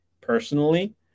personally